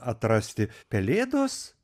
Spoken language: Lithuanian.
atrasti pelėdos